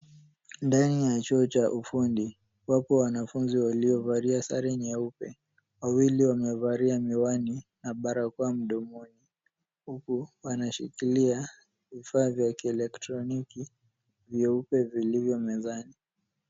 Ndani ya chuo cha ufundi wapo wanafunzi waliovalia sare nyeupe. Wawili wamevalia miwani na barakoa mdomoni huku wanashikilia vifaa vya kielektroniki vyeupe vilivyo mezani.